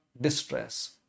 distress